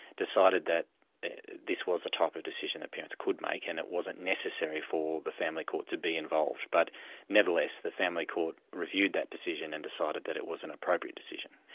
decided that this was the type of decision that parents could make, and it wasn't necessary for the family court to be involved, but nevertheless the family court reviewed that decision and decided that it was an appropriate decision.